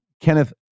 Kenneth